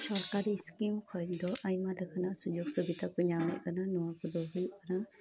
ᱥᱚᱨᱠᱟᱨᱤ ᱥᱠᱤᱢ ᱠᱷᱚᱡ ᱫᱚ ᱟᱭᱢᱟ ᱞᱮᱠᱟᱱᱟᱜ ᱥᱩᱡᱳᱜᱽ ᱥᱩᱵᱤᱛᱟ ᱠᱚ ᱧᱟᱢᱮᱫ ᱠᱟᱱᱟ ᱱᱚᱣᱟ ᱠᱚᱫᱚ ᱦᱩᱭᱩᱜ ᱠᱟᱱᱟ